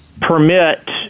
permit